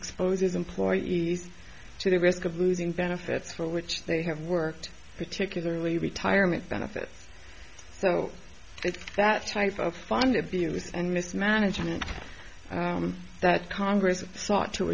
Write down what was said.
exposes employees to the risk of losing benefits for which they have worked particularly retirement benefits so it's that type of funded views and mismanagement that congress sought to